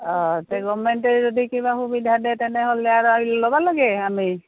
অঁ তে গৱৰ্ণমেণ্টে যদি কিবা সুবিধা দে তেনেহ'লে আৰু ল'বা লাগে আমি